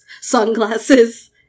sunglasses